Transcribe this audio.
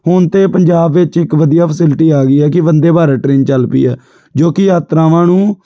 ਹੁਣ ਤਾਂ ਪੰਜਾਬ ਵਿੱਚ ਇੱਕ ਵਧੀਆ ਫੈਸਿਲਿਟੀ ਆ ਗਈ ਹੈ ਕਿ ਬੰਦੇ ਬਾਰਤ ਟਰੇਨ ਚੱਲ ਪਈ ਆ ਜੋ ਕਿ ਯਾਤਰਾਵਾਂ ਨੂੰ